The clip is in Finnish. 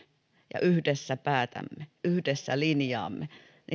ja yhdessä päätämme yhdessä linjaamme